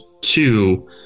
two